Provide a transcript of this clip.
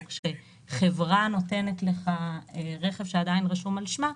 או כשחברה נותנת לך רכב שעדיין רשום על שמה,